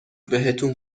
بهتون